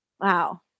wow